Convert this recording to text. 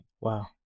Wow